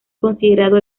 considerado